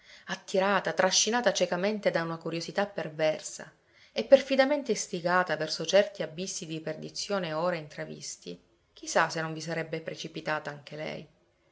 attirata trascinata cecamente da una curiosità perversa e perfidamente istigata verso certi abissi di perdizione ora intravisti chi sa se non vi sarebbe precipitata anche lei